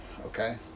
Okay